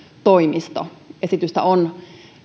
toimisto esitystä on